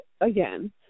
Again